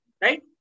right